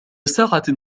ساعة